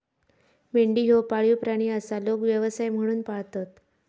मेंढी ह्यो पाळीव प्राणी आसा, लोक व्यवसाय म्हणून पाळतत